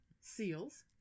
seals